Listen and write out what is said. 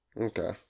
Okay